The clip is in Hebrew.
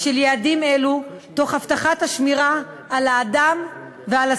של יעדים אלו תוך הבטחת השמירה על האדם ועל הסביבה.